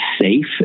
safe